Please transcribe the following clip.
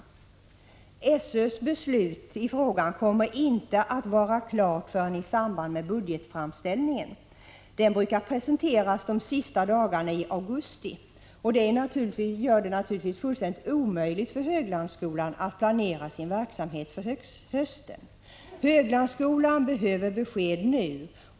När det gäller SÖ:s beslut i frågan kommer man inte att vara klar förrän i samband med budgetframställningen. Budgeten brukar presenteras under de sista dagarna i augusti. Därför är det naturligtvis fullständigt omöjligt för Höglandsskolan att planera sin verksamhet för hösten. Höglandsskolan behöver besked nu.